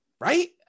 Right